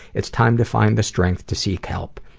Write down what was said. it's time to find the strength to seek help.